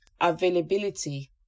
availability